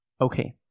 Okay